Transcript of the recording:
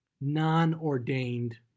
non-ordained